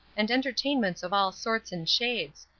and entertainments of all sorts and shades.